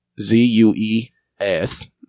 Z-U-E-S